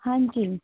हाँ जी